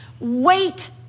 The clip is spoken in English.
Wait